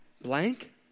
blank